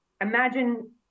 imagine –